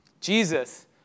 Jesus